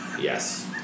Yes